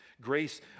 Grace